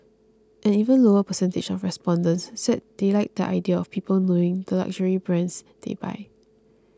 an even lower percentage of respondents said they like the idea of people knowing the luxury brands they buy